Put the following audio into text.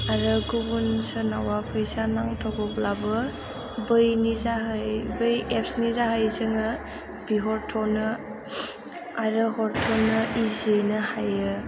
आरो गुबुन सोरनावबा फैसा नांथारगौब्लाबो बैनि जोहै बै एप्सनि जोहै जोङो बिहरथ'नो आरो हरथ'नो इजियैनो हायो